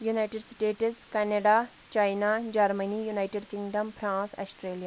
United States Canada China Germany United Kingdom France Australia